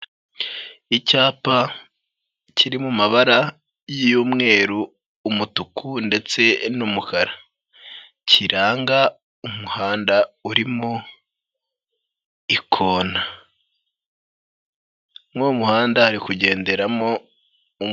Icyapa kiri mu mabara y'umweru, umutuku ndetse n'umukara, kiranga umuhanda urimo ikona, muri uwo muhanda hari kugenderamo umuntu.